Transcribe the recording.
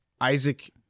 Isaac